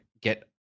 get